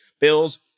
Bills